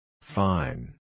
Fine